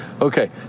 Okay